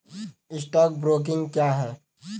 Stock broking क्या है?